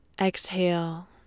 Exhale